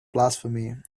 blasphemy